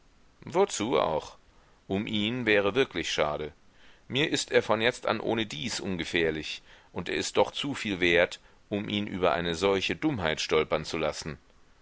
wozu auch um ihn wäre wirklich schade mir ist er von jetzt an ohnedies ungefährlich und er ist doch zu viel wert um ihn über eine solche dummheit stolpern zu lassen